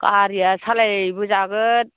गारिया सालायबोजागोन